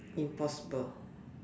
impossible